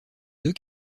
deux